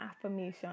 affirmation